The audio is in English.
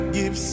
give